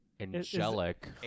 angelic